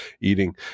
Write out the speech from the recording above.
eating